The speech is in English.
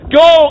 go